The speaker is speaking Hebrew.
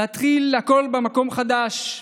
להתחיל הכול במקום חדש,